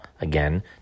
again